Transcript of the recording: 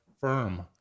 firm